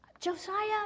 Josiah